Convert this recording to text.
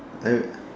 I